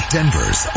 Denver's